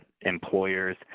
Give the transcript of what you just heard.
employers